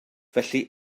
felly